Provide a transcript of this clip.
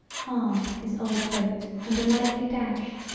harm is old boat and a likely dash.